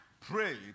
Pray